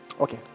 Okay